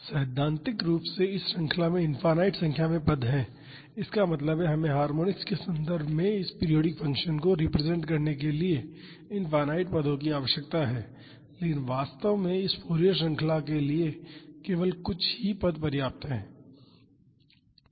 सैद्धांतिक रूप से इस श्रृंखला में इनफाइनाईट संख्या में पद हैं इसका मतलब है हमें हार्मोनिक्स के संदर्भ में इस पीरियाडिक फ़ंक्शन को रिप्रेजेंट करने के लिए इनफाइनाईट पदों की आवश्यकता है लेकिन वास्तव में इस फॉरिएर श्रृंखला के लिए केवल कुछ ही पद पर्याप्त हैं